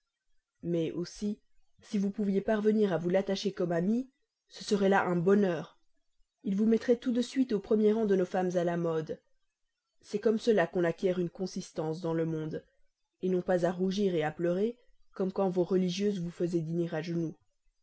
mais aussi si vous pouviez parvenir à vous l'attacher comme ami ce serait là un bonheur il vous mettrait tout de suite au premier rang de nos femmes à la mode c'est comme cela qu'on acquiert une consistance dans le monde non pas à rougir à pleurer comme quand vos religieuses vous faisaient dîner à genoux